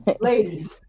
ladies